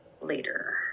later